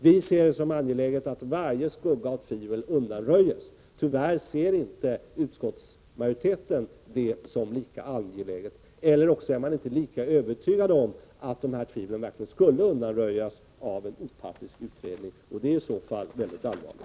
Vi ser det som angeläget att varje skugga av tvivel undanröjs. Tyvärr ser inte utskottsmajoriteten det som lika angeläget, eller också är man inte lika övertygad om att dessa tvivel verkligen skulle undanröjas av en opartisk utredning. Det är i så fall mycket allvarligt.